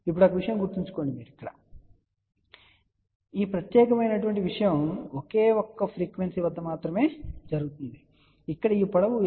ఇప్పుడు ఒక విషయం గుర్తుంచుకోండి ఈ ప్రత్యేకమైన విషయం ఒకే ఒక్క ఫ్రీక్వెన్సీ వద్ద మాత్రమే జరుగుతుంది ఇక్కడ ఈ పొడవు l λ 4 సరే